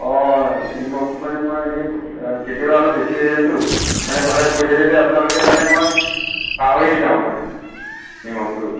অ' নিমখটো মানে মই এনে কেতিয়াবা অলপ বেছি হৈ যায়টো মানে সদায় কৈ থাকে যে আপোনালোকে মানে মই পাহৰিয়ে যাওঁ মই মানে নিমখটো